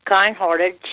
kind-hearted